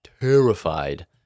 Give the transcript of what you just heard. terrified